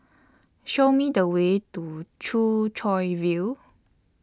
Show Me The Way to Choo Chow View